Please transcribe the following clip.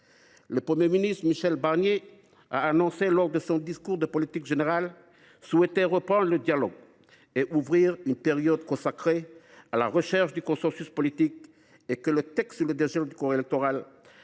Le Premier ministre, Michel Barnier, a annoncé lors de son discours de politique générale souhaiter reprendre le dialogue et ouvrir une période consacrée à la recherche du consensus politique ; il a également déclaré